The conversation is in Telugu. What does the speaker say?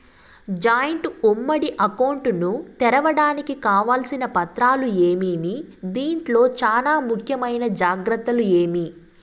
జాయింట్ ఉమ్మడి అకౌంట్ ను తెరవడానికి కావాల్సిన పత్రాలు ఏమేమి? దీంట్లో చానా ముఖ్యమైన జాగ్రత్తలు ఏమి?